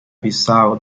bissau